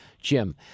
Jim